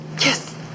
yes